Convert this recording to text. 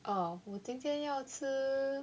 哦我今天要吃